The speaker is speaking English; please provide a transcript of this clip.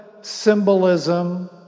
symbolism